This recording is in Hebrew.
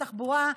התחבורה,